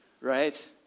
right